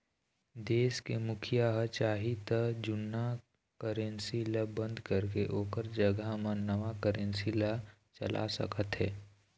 देश के मुखिया ह चाही त जुन्ना करेंसी ल बंद करके ओखर जघा म नवा करेंसी ला चला सकत हे